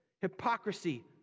hypocrisy